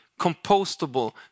compostable